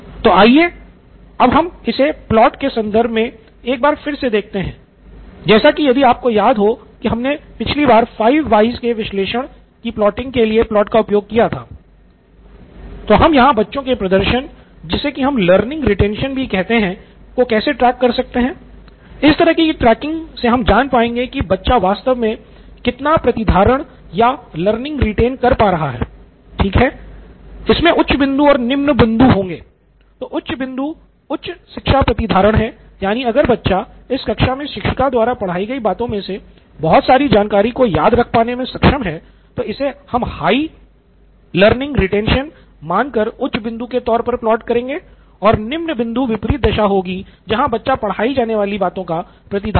तो आइये अब हम इसे प्लॉट के संदर्भ में एक बार फिर से देखते हैं जैसा की यदि आपको याद हो कि हमने पिछली बार फाइव व्हयस विश्लेषण हमारे पास यहाँ है वह है शिक्षण की गति है क्षमा करें यह गति है